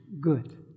good